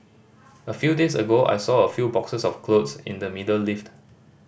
a few days ago I saw a few boxes of clothes in the middle lift